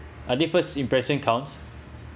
uh this first impressing counts